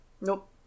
Nope